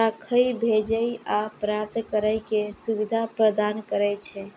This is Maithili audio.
राखै, भेजै आ प्राप्त करै के सुविधा प्रदान करै छै